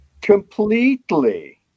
completely